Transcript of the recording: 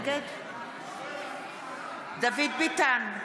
נגד דוד ביטן,